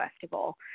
Festival